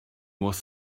was